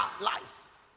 life